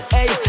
Hey